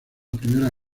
primera